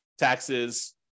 taxes